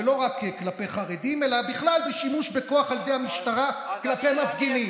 ולא רק כלפי חרדים אלא בכלל שימוש בכוח על ידי המשטרה כלפי מפגינים,